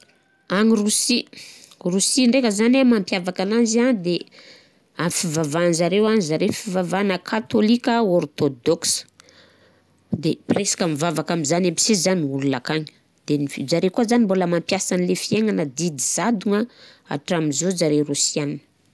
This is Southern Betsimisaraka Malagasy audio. Agny Rosia, Rosia ndraika zany an, mampiavaka ananzy an de amin'ny fivavahanzareo an zareo fivavahana Katôlika Orthodoxe. De presque mivavaka aminzany aby se zany ôl akagny. De ny fij- zareo koà zany mbôl mampiasa an'le fiaignana didy zadogna hatramin'izao zareo Rosiana.